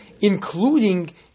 including